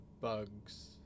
bugs